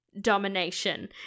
domination